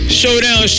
showdown